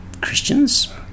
Christians